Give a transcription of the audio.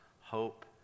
hope